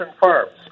Farms